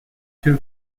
two